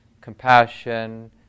compassion